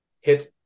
hit